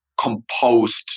composed